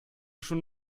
schon